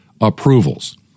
approvals